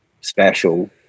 special